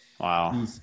Wow